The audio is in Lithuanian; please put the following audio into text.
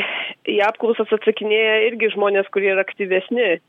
į apklausas atsakinėja irgi žmonės kurie yra aktyvesni